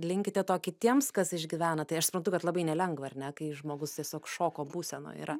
linkite to kitiems kas išgyvena tai aš suprantu kad labai nelengva ar ne kai žmogus tiesiog šoko būsenoj yra